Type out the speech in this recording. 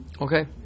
okay